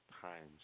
times